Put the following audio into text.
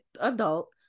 adult